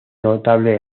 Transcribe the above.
notable